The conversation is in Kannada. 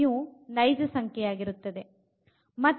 ಇಲ್ಲಿ λ ಮತ್ತು μ ನೈಜ ಸಂಖ್ಯೆ ಯಾಗಿರುತ್ತದೆ